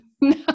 No